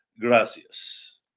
Gracias